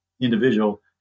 individual